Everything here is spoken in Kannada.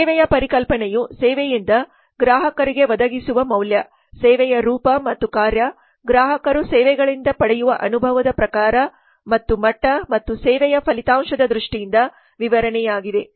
ಸೇವೆಯ ಪರಿಕಲ್ಪನೆಯು ಸೇವೆಯಿಂದ ಗ್ರಾಹಕರಿಗೆ ಒದಗಿಸುವ ಮೌಲ್ಯ ಸೇವೆಯ ರೂಪ ಮತ್ತು ಕಾರ್ಯ ಗ್ರಾಹಕರು ಸೇವೆಗಳಿಂದ ಪಡೆಯುವ ಅನುಭವದ ಪ್ರಕಾರ ಮತ್ತು ಮಟ್ಟ ಮತ್ತು ಸೇವೆಯ ಫಲಿತಾಂಶದ ದೃಷ್ಟಿಯಿಂದ ವಿವರಣೆಯಾಗಿದೆ